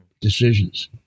Decisions